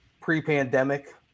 pre-pandemic